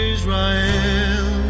Israel